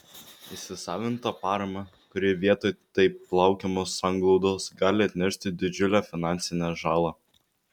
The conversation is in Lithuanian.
įsisavintą paramą kuri vietoj taip laukiamos sanglaudos gali atnešti didžiulę finansinę žalą